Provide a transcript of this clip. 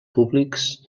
públics